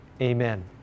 amen